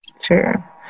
Sure